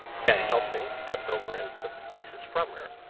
van helsing stepped over and took the pieces from her.